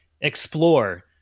explore